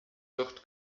wird